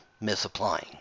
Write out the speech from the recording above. misapplying